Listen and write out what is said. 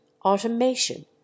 automation